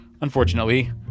unfortunately